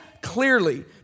clearly